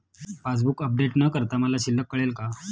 Passbook update न करता मला शिल्लक कळेल का?